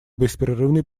беспрерывный